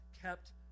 kept